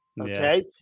okay